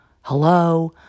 hello